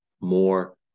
more